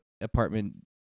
apartment